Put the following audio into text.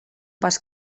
pas